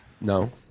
No